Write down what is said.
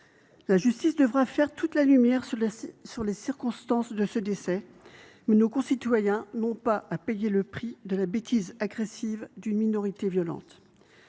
La justice devra faire toute la lumière sur les circonstances de ce décès, mais nos concitoyens n’ont pas à payer le prix de la bêtise agressive d’une minorité violente.